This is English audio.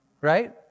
right